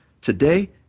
today